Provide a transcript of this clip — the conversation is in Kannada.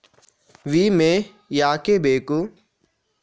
ವಿಮೆ ಯಾಕೆ ಬೇಕು?